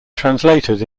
translated